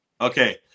okay